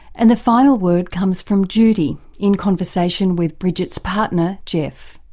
and the final word comes from judy in conversation with bridget's partner geoff.